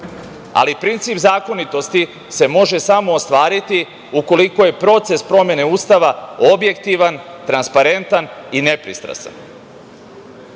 Ali, princip zakonitosti se može samo ostvariti ukoliko je proces promene Ustava objektivan, transparentan i nepristrasan. Toj